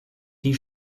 die